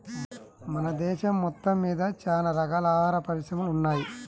మన దేశం మొత్తమ్మీద చానా రకాల ఆహార పరిశ్రమలు ఉన్నయ్